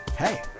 Hey